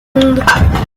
monde